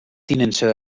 tinença